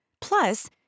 Plus